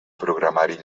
programari